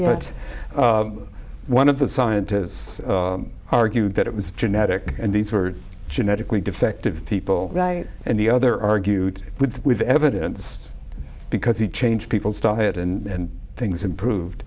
that one of the scientists argue that it was genetic and these were genetically defective people right and the other argued with with evidence because he changed people's diet and things improved